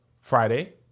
Friday